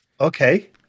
Okay